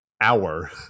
hour